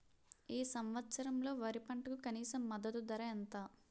ఈ సంవత్సరంలో వరి పంటకు కనీస మద్దతు ధర ఎంత?